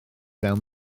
mewn